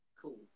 Cool